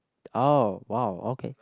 oh !wow! okay